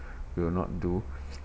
will not do